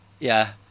ya